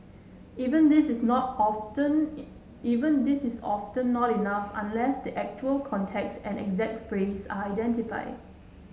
even this is not often even this is often not enough unless the actual context and exact phrase are identified